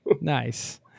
Nice